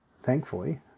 thankfully